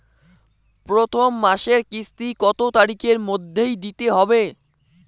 প্রথম মাসের কিস্তি কত তারিখের মধ্যেই দিতে হবে?